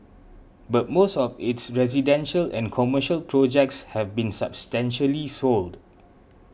but most of its residential and commercial projects have been substantially sold